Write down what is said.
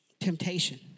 temptation